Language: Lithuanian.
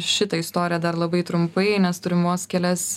šitą istoriją dar labai trumpai nes turim vos kelias